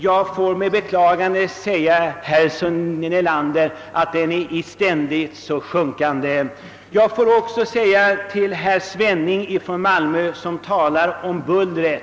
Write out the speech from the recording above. Jag får med beklagande upplysa herr Nelander om att den i stället är i ständigt sjunkande. Herr Svenning från Malmö talade om bullret.